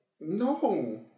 No